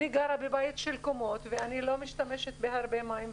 אני גרה בבית קומות ולא משתמשת בהרבה מים,